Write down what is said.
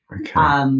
Okay